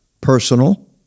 personal